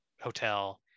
hotel